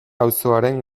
auzoaren